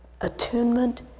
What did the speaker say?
Attunement